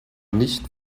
nicht